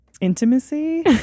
intimacy